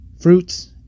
Fruits